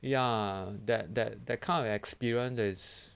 ya that that that kind of experience is